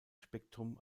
spektrum